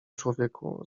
człowieku